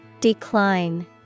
decline